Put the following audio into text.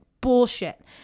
bullshit